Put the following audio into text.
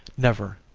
never.